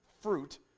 fruit